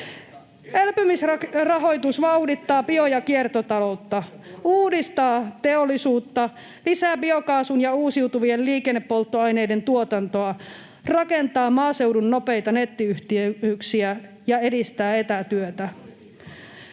Elpymisrahoitus vauhdittaa bio- ja kiertotaloutta, uudistaa teollisuutta, lisää biokaasun ja uusiutuvien liikennepolttoaineiden tuotantoa, rakentaa maaseudun nopeita nettiyhteyksiä ja edistää etätyötä.